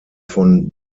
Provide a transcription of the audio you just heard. von